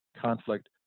conflict